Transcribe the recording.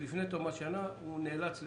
הוא נאלץ לשלם.